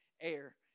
air